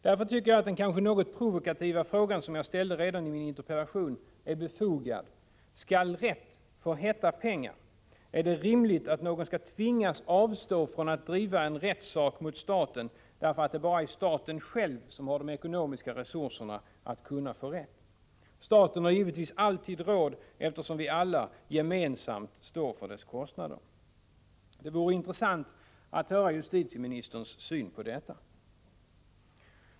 Därför tycker jag att den kanske något provokativa fråga som jag ställde redan i min interpellation är befogad: Skall rätt få heta pengar? Är det rimligt att någon skall tvingas avstå från att driva en rättssak mot staten därför att det bara är staten själv som har de ekonomiska resurserna att kunna få rätt? Staten har givetvis alltid råd, eftersom vi alla, gemensamt, står för dess kostnader. Det vore intressant att få höra justitieministerns syn på detta.